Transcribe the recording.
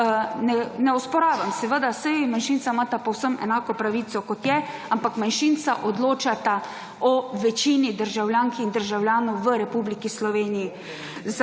Ne osporavam seveda, saj manjšinca imata povsem enako pravico kot je, ampak manjšinca odločata o večini državljank in državljanov v Republiki Sloveniji.